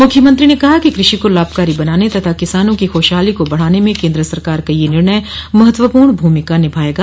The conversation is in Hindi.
मुख्यमंत्री ने कहा कि कृषि को लाभकारी बनाने तथा किसानों की खुशहाली को बढ़ाने में केन्द्र सरकार का यह निर्णय महत्वपूर्ण भूमिका निभायेगा